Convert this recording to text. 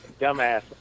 dumbass